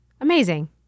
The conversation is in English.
Amazing